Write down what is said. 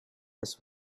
this